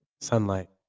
sunlight